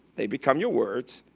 they become your words.